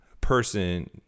person